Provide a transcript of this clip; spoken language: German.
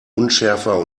unschärfer